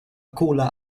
cola